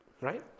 right